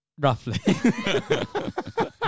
Roughly